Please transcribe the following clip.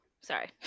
Sorry